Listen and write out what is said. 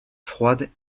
froides